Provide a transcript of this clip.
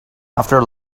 after